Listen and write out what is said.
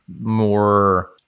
more-